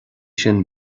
sin